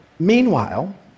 Meanwhile